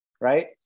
Right